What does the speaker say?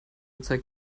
zeigt